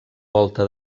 volta